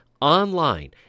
online